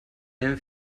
hem